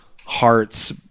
hearts